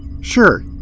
Sure